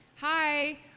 Hi